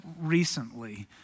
recently